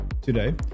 today